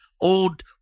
old